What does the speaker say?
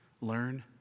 learn